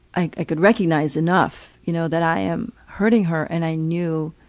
i could recognize enough you know that i am hurting her, and i knew,